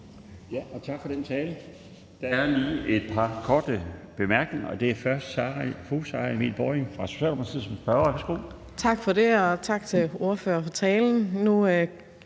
Tak for talen. Der er lige et par korte bemærkninger. Det er først fru Sara Emil Baaring fra Socialdemokratiet. Værsgo. Kl. 11:41 Sara Emil Baaring